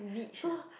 so